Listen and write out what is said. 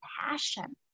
passion